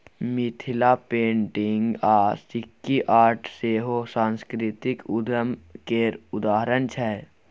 Mithila painting आ Sikki art सेहो सास्कृतिक उद्यम केर उदाहरण छै